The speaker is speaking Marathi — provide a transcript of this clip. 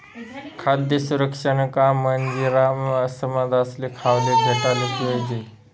खाद्य सुरक्षानं काम म्हंजी समदासले खावाले भेटाले जोयजे